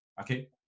okay